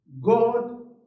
God